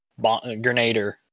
Grenader